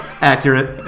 Accurate